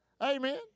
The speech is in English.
Amen